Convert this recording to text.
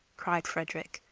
cried frederick,